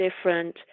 different